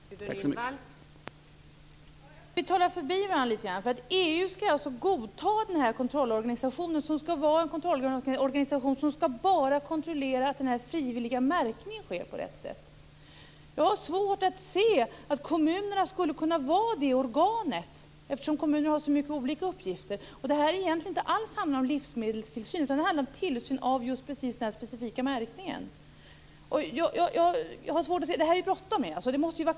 Fru talman! Vi talar förbi varandra litet. EU skall alltså godta den här kontrollorganisationen. Det skall vara en kontrollorganisation som endast skall kontrollera att den frivilliga märkningen sker på rätt sätt. Jag har svårt att se att kommunerna skulle kunna vara det organet eftersom kommunerna har så många olika uppgifter. Det här handlar egentligen inte alls om livsmedelstillsyn, utan det handlar om tillsyn av just den specifika märkningen. Det är bråttom.